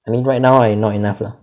I mean right now I not enough lah